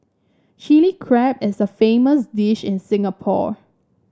Chilli Crab is a famous dish in Singapore